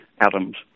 atoms